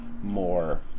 more